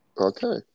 okay